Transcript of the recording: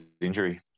injury